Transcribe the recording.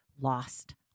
lost